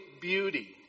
beauty